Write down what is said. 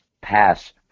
pass